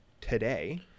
today